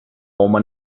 bomba